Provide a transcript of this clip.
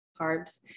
carbs